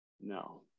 no